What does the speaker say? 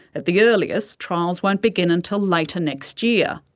at the earliest, trials won't begin until later next year,